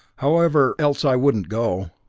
however else i wouldn't go.